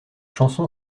chanson